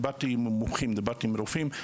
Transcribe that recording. דיברתי עם מומחים ודיברתי עם רופאים,